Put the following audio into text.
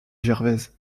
gervaise